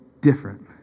different